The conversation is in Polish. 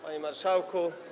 Panie Marszałku!